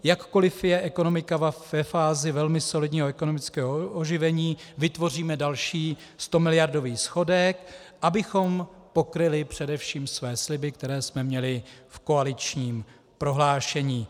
Jakkoliv je ekonomika ve fázi velmi solidního ekonomického oživení, vytvoříme další stomiliardový schodek, abychom pokryli především své sliby, které jsme měli v koaličním prohlášení.